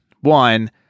one